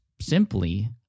simply